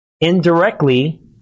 indirectly